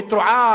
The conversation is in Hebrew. בתקופה הזו,